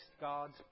God's